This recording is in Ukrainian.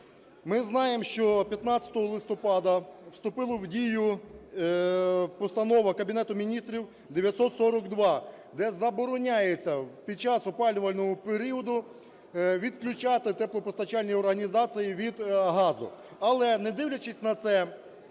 Ми знаємо, що 15 листопада вступила в дію Постанова Кабінету Міністрів 942, де забороняється під час опалювального періоду відключати теплопостачальні організації від газу. Але, не дивлячись на це,